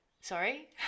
sorry